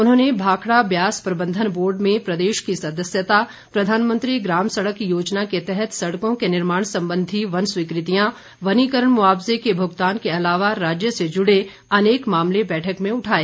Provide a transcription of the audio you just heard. उन्होंने भाखड़ा ब्यास प्रबंधन बोर्ड में प्रदेश की सदस्यता प्रधानमंत्री ग्राम सड़क योजना के तहत सड़कों के निर्माण वन स्वीकृतियां वनीकरण मुआवजे के भुगतान के अलावा राज्य से जुड़े अनेक मामले बैठक में उठाए